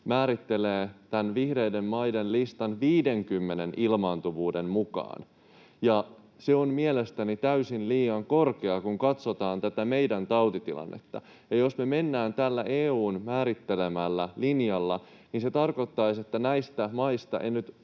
määrittelee tämän vihreiden maiden listan 50:n ilmaantuvuuden mukaan, ja se on mielestäni täysin liian korkea, kun katsotaan meidän tautitilannetta. Ja jos me mennään tällä EU:n määrittelemällä linjalla, niin se tarkoittaisi, että näistä maista — en nyt